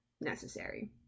necessary